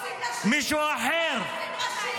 מישהו אחר,